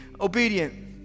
obedient